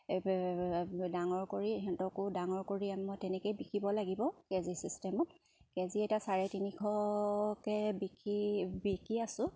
ডাঙৰ কৰি সিহঁতকো ডাঙৰ কৰি মই তেনেকেই বিকিব লাগিব কেজি চিষ্টেমত কেজি এতিয়া চাৰে তিনিশকৈ বিকি বিকি আছোঁ